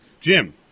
Jim